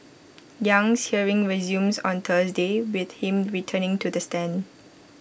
Yang's hearing resumes on Thursday with him returning to the stand